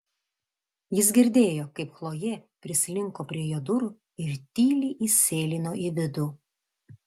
jis girdėjo kaip chlojė prislinko prie jo durų ir tyliai įsėlino į vidų